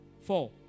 Four